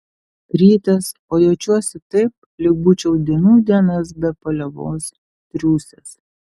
rytas o jaučiuosi taip lyg būčiau dienų dienas be paliovos triūsęs